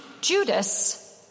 Judas